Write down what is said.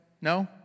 No